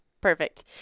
Perfect